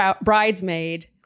bridesmaid